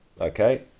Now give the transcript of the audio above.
okay